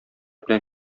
белән